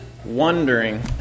wondering